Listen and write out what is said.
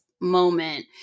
moment